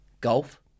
Golf